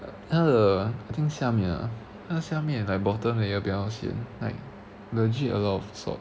uh 它的 I think 下面下面 like bottom area 比较好吃 like legit a lot of salt